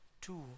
two